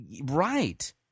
Right